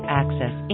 access